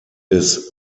des